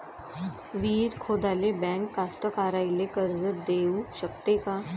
विहीर खोदाले बँक कास्तकाराइले कर्ज देऊ शकते का?